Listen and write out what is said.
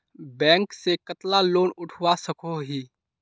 Bank से कतला loan उठवा सकोही?